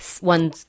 one